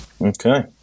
Okay